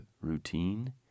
routine